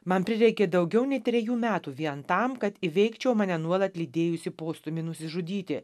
man prireikė daugiau nei trejų metų vien tam kad įveikčiau mane nuolat lydėjusį postūmį nusižudyti